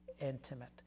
intimate